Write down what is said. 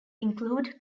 include